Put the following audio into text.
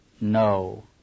No